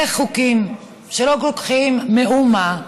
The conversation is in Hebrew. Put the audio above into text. איך חוקים שלא לוקחים מאומה,